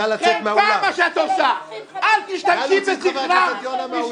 נא להוציא את חבר הכנסת יונה מהאולם.